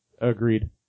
Agreed